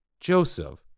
Joseph